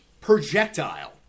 projectile